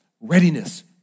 readiness